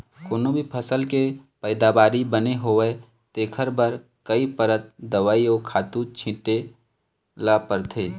कोनो भी फसल के पइदावारी बने होवय तेखर बर कइ परत दवई अउ खातू छिते ल परथे